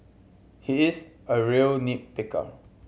he is a real nit picker